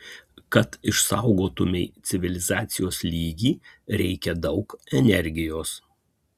kad išsaugotumei civilizacijos lygį reikia daug energijos